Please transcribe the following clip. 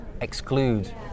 exclude